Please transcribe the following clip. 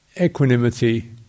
equanimity